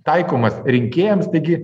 taikomas rinkėjams taigi